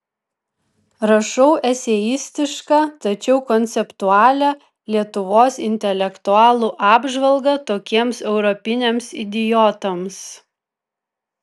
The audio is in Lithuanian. rašau eseistišką tačiau konceptualią lietuvos intelektualų apžvalgą tokiems europiniams idiotams